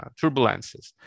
turbulences